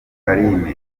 carine